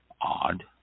odd